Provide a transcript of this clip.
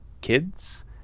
kids